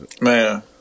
man